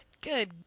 good